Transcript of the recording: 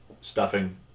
stuffing